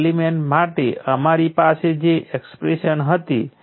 તેથી current IL વહન કરતા ઇન્ડક્ટરમાં સંગ્રહિત એનર્જી 12LIL2છે